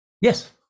Yes